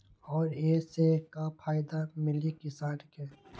और ये से का फायदा मिली किसान के?